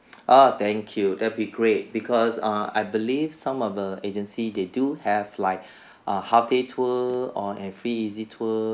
ah thank you that will be great because uh I believe some of the agency they do have like a half day tour or and free easy tour